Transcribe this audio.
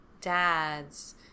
dad's